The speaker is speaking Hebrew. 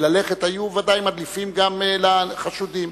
היו ודאי מדליפים גם לחשודים.